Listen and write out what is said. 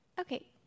okay